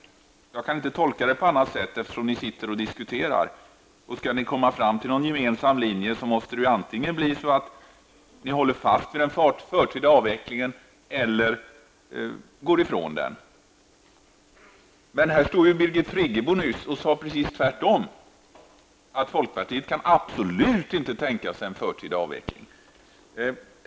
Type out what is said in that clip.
Jag kan inte tolka det på annat sätt, eftersom ni sitter och diskuterar. Skall ni komma fram till en gemensam linje, måste ni antingen hålla fast vid den förtida avvecklingen eller gå ifrån den. Här sade Birgit Friggebo nyss tvärtom, att folkpartiet absolut inte kan tänka sig en förtida avveckling.